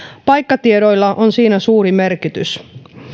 paikkatiedoilla on siinä suuri merkitys